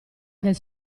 del